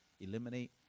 eliminate